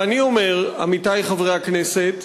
ואני אומר, עמיתי חברי הכנסת,